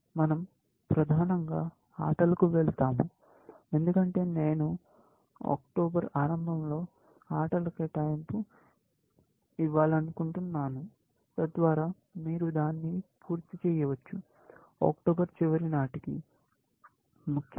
మన০ ప్రధానంగా ఆటలకు వెళ్తాము ఎందుకంటే నేను అక్టోబర్ ఆరంభంలో ఆటల కేటాయింపు ఇవ్వాలనుకుంటున్నాను తద్వారా మీరు దాన్ని పూర్తి చేయవచ్చు అక్టోబర్ చివరి నాటికి ముఖ్యంగా